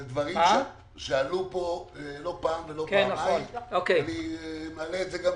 אלה דברים שעלו כאן לא פעם ולא פעמיים ואני מעלה את זה שוב.